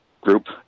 group